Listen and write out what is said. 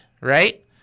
right